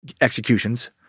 executions